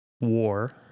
War